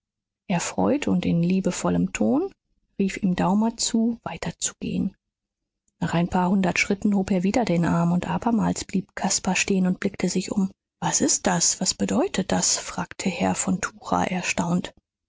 erfreut und in liebevollem ton rief ihm daumer zu weiterzugehen nach ein paar hundert schritten hob er wieder den arm und abermals blieb caspar stehen und blickte sich um was ist das was bedeutet das fragte herr von tucher erstaunt